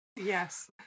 yes